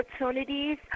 opportunities